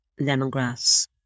lemongrass